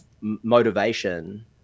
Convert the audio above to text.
motivation